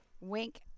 wink